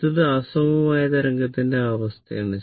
അടുത്തത് അസമമായ തരംഗത്തിന്റെ അവസ്ഥയാണ്